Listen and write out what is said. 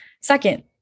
Second